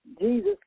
Jesus